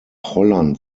holland